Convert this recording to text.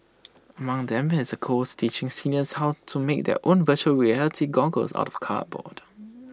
among them is A course teaching seniors how to make their own Virtual Reality goggles out of cardboard